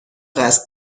قصد